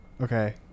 Okay